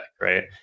right